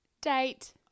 Date